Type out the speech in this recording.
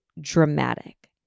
dramatic